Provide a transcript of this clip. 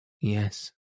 Yes